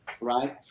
right